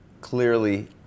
clearly